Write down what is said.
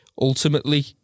ultimately